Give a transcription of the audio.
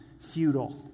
futile